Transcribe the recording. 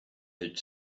had